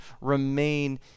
remain